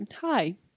hi